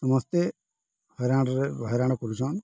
ସମସ୍ତେ ହଇରାଣରେ ହଇରାଣ କରୁସନ୍